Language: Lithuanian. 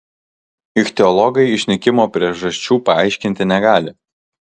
ichtiologai išnykimo priežasčių paaiškinti negali